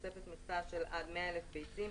תוספת מכסה של עד 100,000 ביצים,